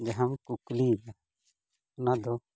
ᱡᱟᱦᱟᱸᱢ ᱠᱩᱠᱞᱤᱭᱮᱫᱟ ᱚᱱᱟ ᱫᱚ